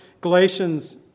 Galatians